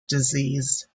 disease